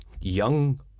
young